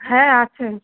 হ্যাঁ আছে